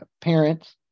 parents